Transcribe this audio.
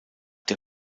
der